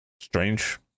strange